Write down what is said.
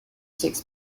six